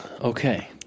Okay